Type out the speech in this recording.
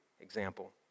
example